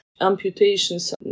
Amputations